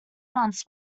months